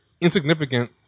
insignificant